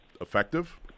effective